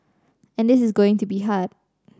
and this is going to be hard